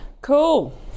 Cool